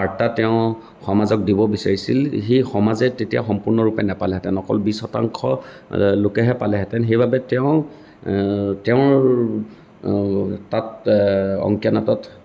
বাৰ্তা তেওঁ সমাজক দিব বিচাৰিছিল সেই সমাজে তেতিয়া সম্পূৰ্ণৰূপে নেপালেহেঁতেন অকল বিশ শতাংশ লোকেহে পালেহেঁতেন সেইবাবে তেওঁ তেওঁৰ তাত অংকীয়া নাটত